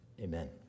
Amen